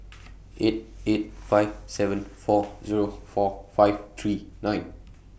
eight eight five seven four Zero four five three nine